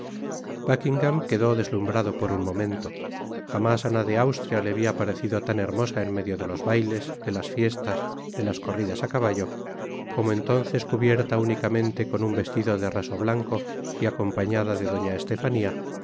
quedó deslumbrado por un momento jamás ana de austria le habia parecido tan hermosa en medio de los bailes de las fiestas de las corridas á caballo como entonces cubierta únicamente con un vestido de raso blanco y acompañada de doña estefanía